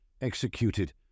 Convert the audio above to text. Executed